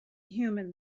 human